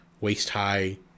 waist-high